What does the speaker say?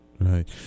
Right